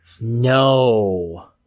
No